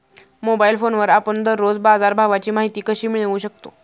Mobile फोनवर आपण दररोज बाजारभावाची माहिती कशी मिळवू शकतो?